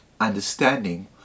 understanding